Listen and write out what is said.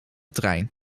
trein